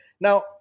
Now